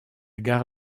gare